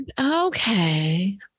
Okay